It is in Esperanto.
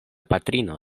patrino